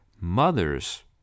mother's